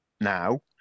now